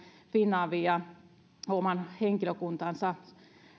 finavia lentokentillä oman henkilökuntansa